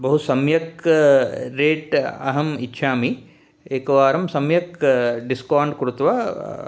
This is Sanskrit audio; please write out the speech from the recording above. बहु सम्यक् रेट् अहम् इच्छामि एकवारं सम्यक् डिस्कौण्ट् कृत्वा